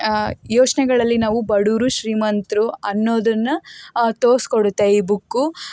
ಯೋಚನೆಗಳಲ್ಲಿ ನಾವು ಬಡವರು ಶ್ರೀಮಂತರು ಅನ್ನೋದನ್ನು ತೋರಿಸ್ಕೊಡುತ್ತೆ ಈ ಬುಕ್ಕು